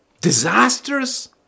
Disasters